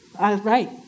Right